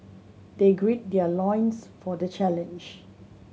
they gird their loins for the challenge